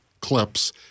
clips